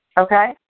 Okay